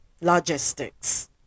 Logistics